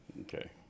Okay